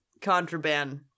contraband